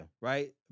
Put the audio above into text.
Right